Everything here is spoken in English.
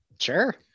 Sure